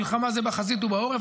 מלחמה זה בחזית ובעורף.